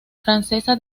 francesa